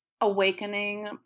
awakening